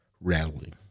rattling